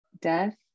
death